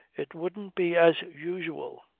it wouldn't be as usual.